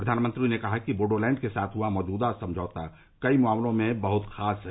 प्रधानमंत्री ने कहा कि बोडोलैंड के साथ हुआ मौजूदा समझौता कई मामलों में बहुत खास है